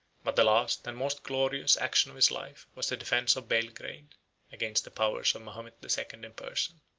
but the last and most glorious action of his life was the defence of belgrade against the powers of mahomet the second in person.